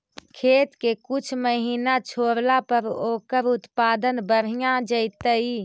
खेत के कुछ महिना छोड़ला पर ओकर उत्पादन बढ़िया जैतइ?